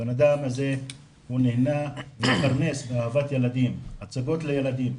הבן אדם הזה מתפרנס מאהבת ילדים, הצגות לילדים.